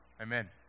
Amen